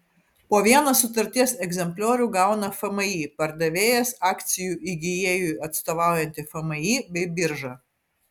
po vieną sutarties egzempliorių gauna fmį pardavėjas akcijų įgijėjui atstovaujanti fmį bei birža